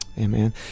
amen